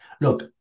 look